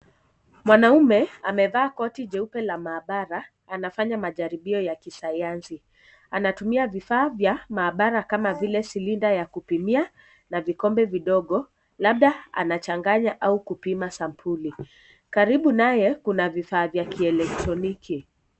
Mwanaume amevaa koti jeupe la mahabara. Anafanya majaribio ya kisayansi. Anatumia vifaa vya mahabara kama vile, silinda ya kupima na vikombe vidogo, labda anachanganya au kupima sampuli. Karibu naye, kuna vifaa vya kielektroniki.